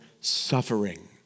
suffering